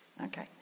Okay